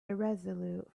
irresolute